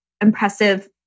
Impressive